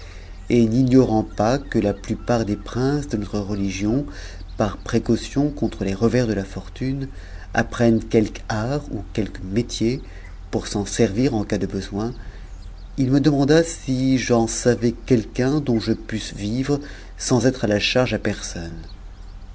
et n'ignorant pas que la plupart des princes de notre religion par précaution contre les revers de la fortune apprennent quelque art ou quelque métier pour s'en servir en cas de besoin il me demanda si j'en savais quelqu'un dont je pusse vivre sans être à charge à personne